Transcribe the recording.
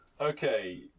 Okay